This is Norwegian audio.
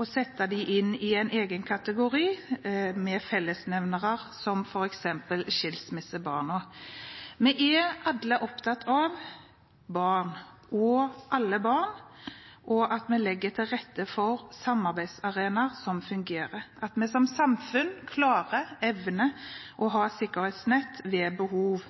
og sette dem inn i en egen kategori med fellesnevnere som f.eks. skilsmissebarna. Vi er alle opptatt av å se barnet, og at vi legger til rette for samarbeidsarenaer som fungerer – at vi som samfunn klarer og evner å ha et sikkerhetsnett ved behov.